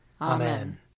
Amen